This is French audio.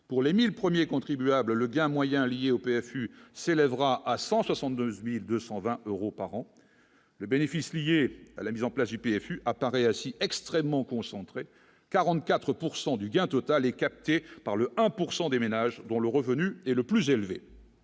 pour les 1000 premiers contribuables le gain moyen liés au PSU s'élèvera à 172220 euros par an le bénéfice lié à la mise en place du pays fut apparaît aussi extrêmement concentré 44 pourcent du gain total est capté par le 1 pourcent des ménages dont le revenu est le plus élevé.